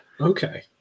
Okay